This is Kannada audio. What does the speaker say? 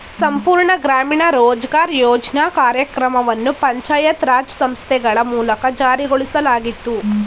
ಸಂಪೂರ್ಣ ಗ್ರಾಮೀಣ ರೋಜ್ಗಾರ್ ಯೋಜ್ನ ಕಾರ್ಯಕ್ರಮವನ್ನು ಪಂಚಾಯತ್ ರಾಜ್ ಸಂಸ್ಥೆಗಳ ಮೂಲಕ ಜಾರಿಗೊಳಿಸಲಾಗಿತ್ತು